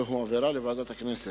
והועברה לוועדת הכנסת.